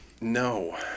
No